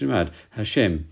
Hashem